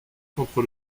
contre